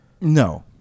No